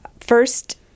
first